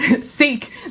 Seek